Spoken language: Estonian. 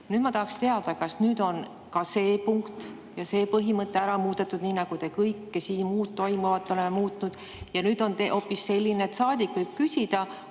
Ma tahaksin teada, kas nüüd on ka see punkt ja see põhimõte ära muudetud, nii nagu te kõike muud siin toimuvat olete muutnud, ja nüüd on hoopis niimoodi, et saadik võib küsida,